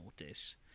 notice